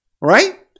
right